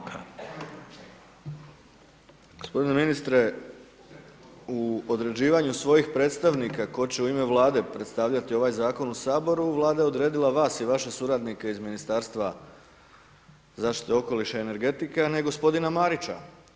Gospodine ministre u određivanju svojih predstavnika tko će u ime Vlade predstavljati ovaj Zakon u Saboru Vlada je odredila vas i vaše suradnike iz Ministarstva zaštite okoliša i energetika a ne gospodina Marića.